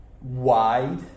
wide